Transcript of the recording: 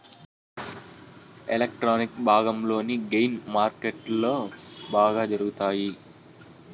electronic భాగంలోని gain మార్కెట్లో బాగా జరుగుతాయి